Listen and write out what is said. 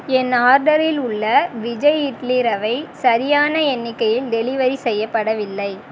என் ஆர்டரில் உள்ள விஜய் இட்லி ரவை சரியான எண்ணிக்கையில் டெலிவரி செய்யப்படவில்லை